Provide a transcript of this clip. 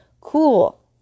Cool